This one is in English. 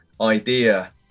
idea